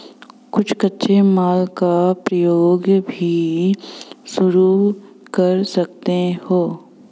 तुम कच्चे माल का व्यापार भी शुरू कर सकते हो